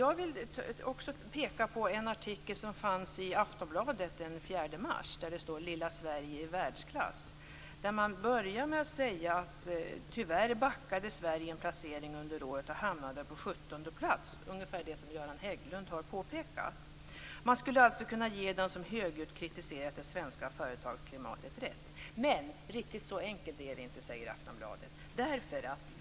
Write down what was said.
Jag vill också peka på en artikel som fanns i Aftonbladet den 4 mars, där det står: Lilla Sverige i världsklass. Där börjar man med att säga att Sverige tyvärr backade en placering under året och hamnade på sjuttonde plats. Det var ungefär det som Göran Hägglund påpekade. Man skulle alltså kunna ge dem som högljutt kritiserat det svenska företagsklimatet rätt. Men riktigt så enkelt är det inte, säger Aftonbladet.